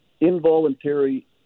involuntary